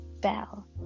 bell